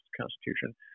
Constitution